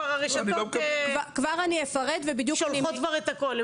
הרשתות כבר שולחות את הכול.